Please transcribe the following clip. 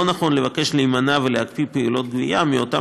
לא נכון לבקש להימנע ולהקפיא פעילות גבייה מאותם